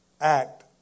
act